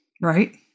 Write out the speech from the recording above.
right